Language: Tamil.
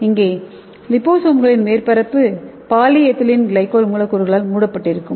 இங்கே லிபோசோம்களின் மேற்பரப்பு பாலிஎதிலீன் கிளைகோல் மூலக்கூறுகளால் மூடப்பட்டிருக்கும்